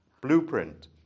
blueprint